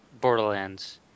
Borderlands